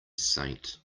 saint